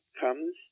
comes